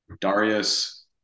Darius